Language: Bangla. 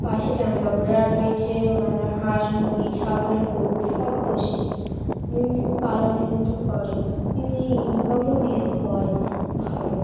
পাশে জামাইবাবুরা রয়েছে ওনারা হাঁস মুরগি ছাগল গরু সব পোষে এমনি করে এমনি ইনকামও বি হয় ভালো